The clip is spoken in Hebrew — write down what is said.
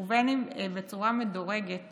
ובין בצורה מדורגת